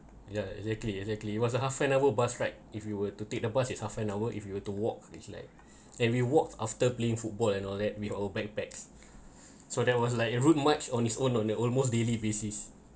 yeah exactly exactly it was a half an hour bus ride if you were to take the bus is half an hour if you were to walk is like and we walked after playing football and all that with our backpacks so that was like a route march on its own on an almost daily basis